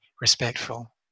respectful